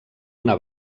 una